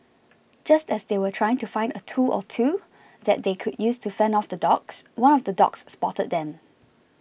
just as they were trying to find a tool or two that they could use to fend off the dogs one of the dogs spotted them